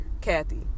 Kathy